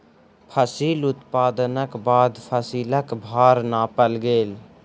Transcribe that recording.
फसिल उत्पादनक बाद फसिलक भार नापल गेल